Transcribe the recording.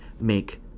make